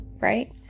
right